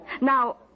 Now